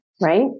right